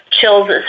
chills